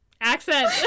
Accent